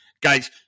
guys